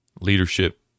leadership